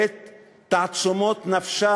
את תעצומות נפשה,